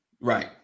Right